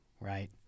right